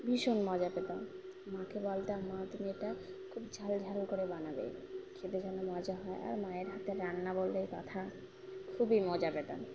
ভীষণ মজা পেতাম মাকে বলতে মা তুমি এটা খুব ঝাল ঝাল করে বানাবে খেতে যেন মজা হয় আর মায়ের হাতে রান্না বল কথা খুবই মজা পেতাম